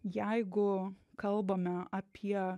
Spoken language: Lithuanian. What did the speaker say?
jeigu kalbame apie